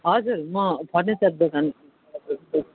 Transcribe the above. हजुर म फर्निचर दोकान